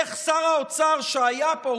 איך שר האוצר שהיה פה,